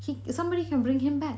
he somebody can bring him back